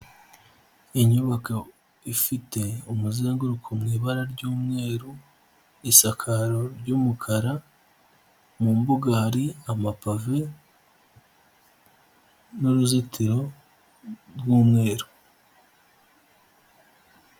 Inyubako ifite umuzenguruko mu ibara ry'umweru, isakaro ry'umukara, mu mbuga hari amapave n'ururuzitiro rw'umweru.